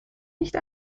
nicht